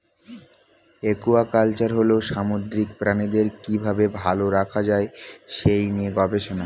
aquaculture হল সামুদ্রিক প্রাণীদের কি ভাবে ভালো রাখা যায় সেই নিয়ে গবেষণা